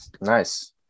nice